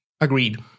agreed